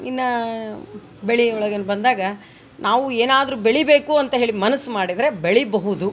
ಇನ್ನು ಬೆಳೆಯೊಳಗೇನು ಬಂದಾಗ ನಾವು ಏನಾದರು ಬೆಳೆಬೇಕು ಅಂತ ಹೇಳಿ ಮನಸ್ಸು ಮಾಡಿದ್ರೆ ಬೆಳೆಬಹುದು